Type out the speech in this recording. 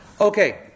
Okay